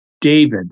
David